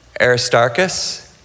Aristarchus